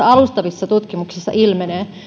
alustavista tutkimuksista ilmenee